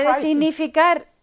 significar